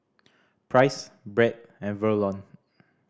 Price Bret and Verlon